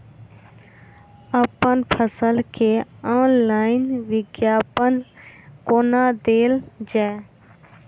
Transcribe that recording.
अप्पन फसल केँ ऑनलाइन विज्ञापन कोना देल जाए?